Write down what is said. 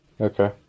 Okay